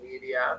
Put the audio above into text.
media